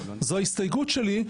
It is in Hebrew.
זו ההסתייגות שלי,